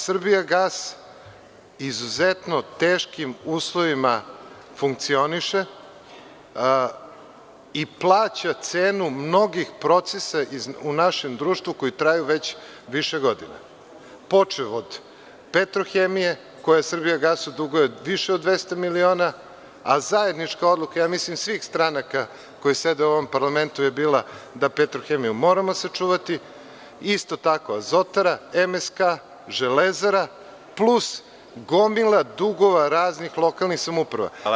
Srbijagas“ u izuzetno teškim uslovima funkcioniše i plaća cenu mnogih procesa u našem društvu koji traju više godina, počev od „Petrohemije“, koja „Srbijagasu“ duguje više od 200 miliona, a zajednička odluka svih stranaka koje sede u ovom parlamentu je bila da „Petrohemiju“ moramo sačuvati, isto tako Azotara, MSK, Železara, plus gomila dugova raznih lokalnih samouprava.